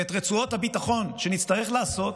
ואת רצועות הביטחון שנצטרך לעשות,